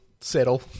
Settle